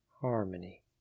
Harmony